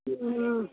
हुँ